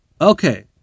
Okay